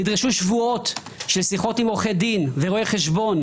נדרשו שבועות של שיחות עם עורכי דין ורואי חשבון,